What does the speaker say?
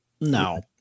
No